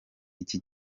iki